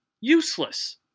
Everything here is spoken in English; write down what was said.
Useless